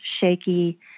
shaky